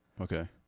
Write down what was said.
Okay